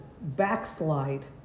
backslide